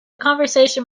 conversation